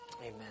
Amen